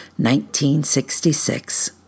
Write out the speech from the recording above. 1966